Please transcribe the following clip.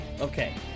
okay